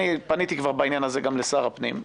פניתי כבר בעניין הזה גם לשר הפנים.